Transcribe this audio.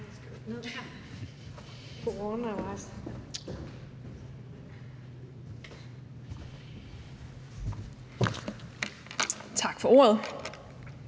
Tak for ordet.